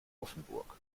offenburg